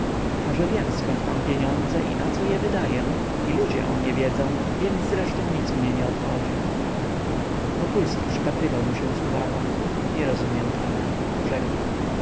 a że wiem zkąd mam pieniądze i naco je wydaję i ludzie o mnie wiedzą więc zresztą nic mnie nie obchodzi wokulski przypatrywał mu się z uwagą nie rozumiem pana rzekł